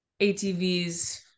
ATVs